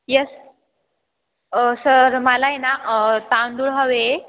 yes sir मला आहे ना तांदूळ हवे